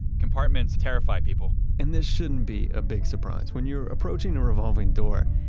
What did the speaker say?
compartments terrify people and this shouldn't be a big surprise. when you're approaching a revolving door,